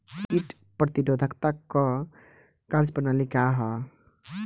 कीट प्रतिरोधकता क कार्य प्रणाली का ह?